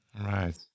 Right